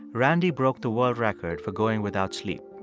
randy broke the world record for going without sleep.